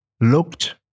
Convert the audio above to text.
looked